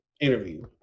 interview